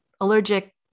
allergic